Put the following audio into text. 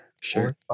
sure